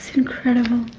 incredible.